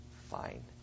fine